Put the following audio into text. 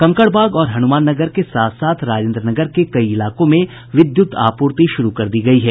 कंकड़बाग और हनुमान नगर के साथ साथ राजेन्द्र नगर के कई इलाकों में विद्युत आपूर्ति शुरू कर दी गयी है